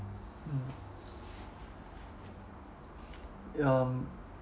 mm ya mm